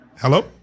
Hello